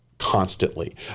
constantly